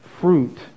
fruit